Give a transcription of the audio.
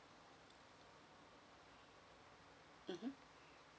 mmhmm